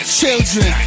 children